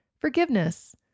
forgiveness